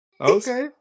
Okay